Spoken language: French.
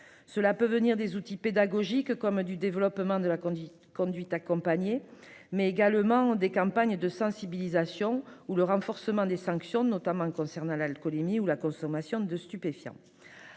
Cela peut venir des outils pédagogiques comme du développement de la conduite accompagnée, mais également des campagnes de sensibilisation ou du renforcement des sanctions, notamment en ce qui concerne l'alcoolémie ou la consommation de stupéfiants.